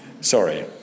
Sorry